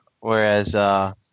whereas